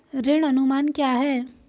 ऋण अनुमान क्या है?